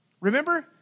Remember